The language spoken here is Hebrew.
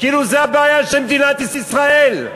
כאילו זו הבעיה של מדינת ישראל.